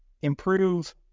improve